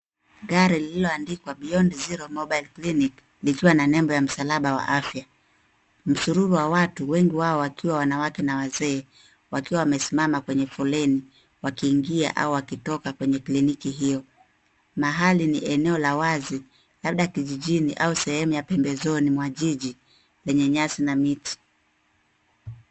Gari lililoandikwa, beyond zero mobile clinic, likiwa na nembo ya msalaba wa afya. Msururu wa watu, wengi wao wakiwa wanawake na wazee wakiwa wamesimama kwenye foleni wakiingia au wakitoka kwenye kliniki hio. Mahali ni eneo la wazi, labda kijijini au sehemu ya pembezoni mwa jiji lenye nyasi na miti.